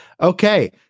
Okay